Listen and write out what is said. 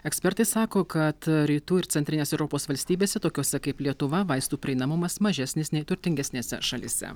ekspertai sako kad rytų ir centrinės europos valstybėse tokiose kaip lietuva vaistų prieinamumas mažesnis nei turtingesnėse šalyse